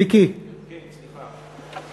מיקי, כן, סליחה.